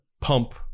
pump